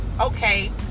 okay